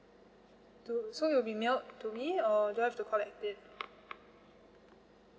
two weeks so it'll be mailed to me or do I have to collect it